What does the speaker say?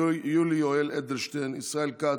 יולי יואל אדלשטיין, ישראל כץ,